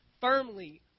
firmly